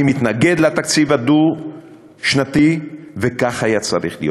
אני מתנגד לתקציב הדו-שנתי, וכך היה צריך להיות.